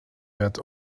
werd